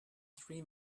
three